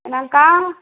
என்னாங்க்கா